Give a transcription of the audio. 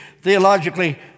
theologically